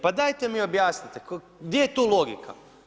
Pa dajte mi objasnite, gdje je tu logika.